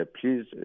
please